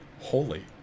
holy